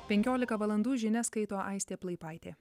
penkiolika valandų žinias skaito aistė plaipaitė